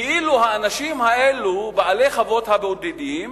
כאילו האנשים האלו, בעלי חוות הבודדים,